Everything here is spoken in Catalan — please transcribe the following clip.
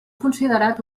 considerat